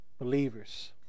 believers